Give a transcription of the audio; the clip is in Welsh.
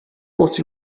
fod